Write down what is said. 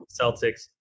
Celtics